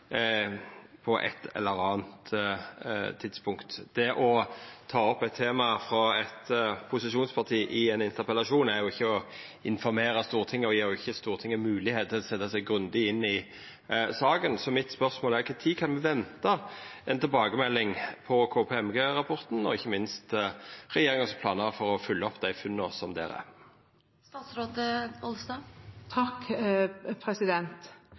på eit eller anna tidspunkt. Å ta opp eit tema frå eit posisjonsparti i ein interpellasjon er ikkje å informera Stortinget, og det gjev ikkje Stortinget moglegheit til å setja seg grundig inn i saka. Mitt spørsmål er: Kva tid kan me venta ei tilbakemelding om KPMG-rapporten, og ikkje minst, kva planar har regjeringa for å følgja opp funna